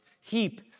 heap